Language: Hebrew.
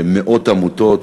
מאות עמותות,